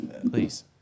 Please